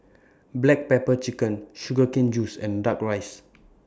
Black Pepper Chicken Sugar Cane Juice and Duck Rice